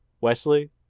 Wesley